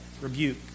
rebuke